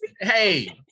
Hey